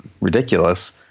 ridiculous